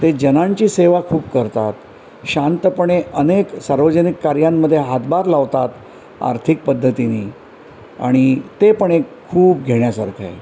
ते जनांची सेवा खूप करतात शांतपणे अनेक सार्वजनिक कार्यांमध्ये हातभार लावतात आर्थिक पद्धतीने आणि ते पण एक खूप घेण्यासारखं आहे